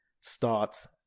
starts